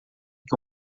que